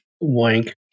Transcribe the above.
Wank